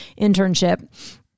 internship